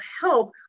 help